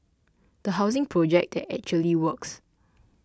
a housing project that actually works